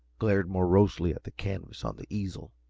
glared morosely at the canvas on the easel,